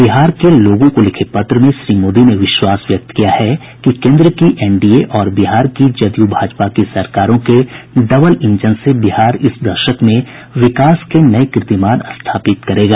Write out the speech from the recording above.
बिहार के लोगों को लिखे पत्र में श्री मोदी ने विश्वास व्यक्त किया है कि केन्द्र की एन डी ए और बिहार की जदयू भाजपा की सरकारों के डबल इंजन से बिहार इस दशक में विकास के नये कीर्तिमान स्थापित करेगा